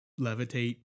levitate